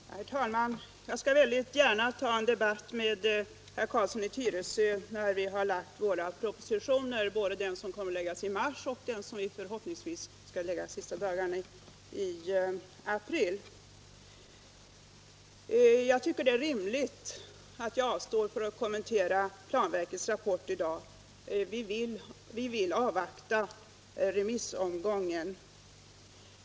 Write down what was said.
Herr talman! Jag skall mycket gärna gå in i en debatt med herr Carlsson i Tyresö när vi har lagt fram våra propositioner, både den som kommer att läggas fram i mars och den som förhoppningsvis skall komma någon av de sista dagarna av april. Jag tycker att det är rimligt att jag avstår från att kommentera planverkets rapport i dag, eftersom vi vill avvakta resultatet av remissomgången.